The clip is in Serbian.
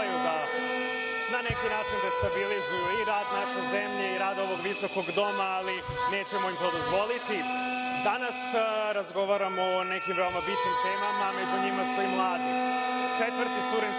da na neki način destabilizuju i rad naše zemlje i rad ovog visokog doma, ali nećemo im to dozvoliti. Danas razgovaramo o nekim veoma bitnim temama, među njima su i mladi. Četvrti studentski